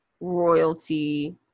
royalty